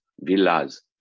villas